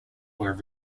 were